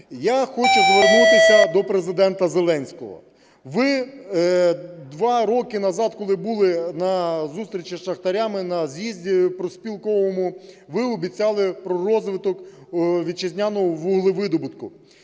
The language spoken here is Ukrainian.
Я хочу звернутися до Президента Зеленського. Ви два роки назад, коли були на зустрічі з шахтарями, на з'їзді профспілковому, ви обіцяли про розвиток вітчизняного вуглевидобутку.